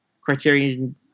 Criterion